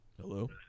Hello